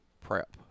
prep